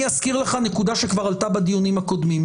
אני אזכיר לך נקודה שכבר עלתה בדיונים הקודמים.